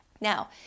Now